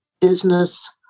business